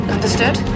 Understood